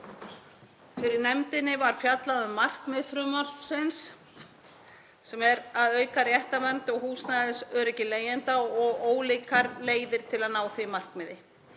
Fyrir nefndinni var fjallað um markmið frumvarpsins, þ.e. að auka réttarvernd og húsnæðisöryggi leigjenda og ólíkar leiðir til að ná því markmiði.